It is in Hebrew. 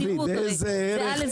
הרי זה א'-ב'.